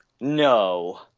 No